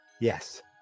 yes